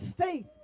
faith